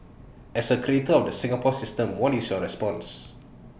as A creator of the Singapore system what is your response